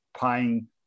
paying